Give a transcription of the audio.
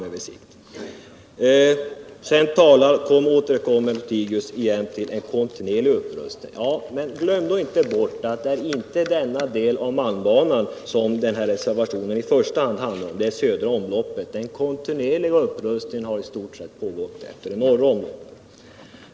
Carl-Wilhelm Lothigius återkommer till frågan om en kontinuerlig upprustning. Men glöm då inte bort att den här reservationen inte i första hand handlar om den del som berörs av detta utan om det södra omloppet! Den kontinuerliga upprustningen gäller i stort sett det norra omloppet.